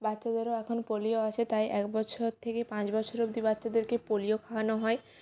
বাচ্ছাদেরও এখন পোলিও আছে তাই এক বছর থেকে পাঁচ বছর অব্দি বাচ্ছাদেরকে পোলিও খাওয়ানো হয়